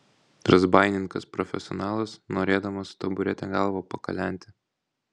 razbaininkas profesionalas norėdamas su taburete galvą pakalenti